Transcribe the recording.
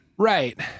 Right